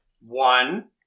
one